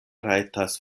rajtas